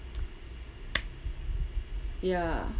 ya